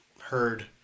heard